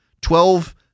twelve